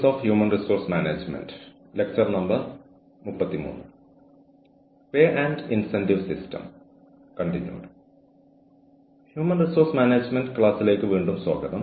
human resource മാനേജ്മെന്റിനെക്കുറിച്ചുള്ള ക്ലാസിലേക്ക് വീണ്ടും സ്വാഗതം